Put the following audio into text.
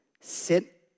Sit